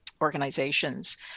organizations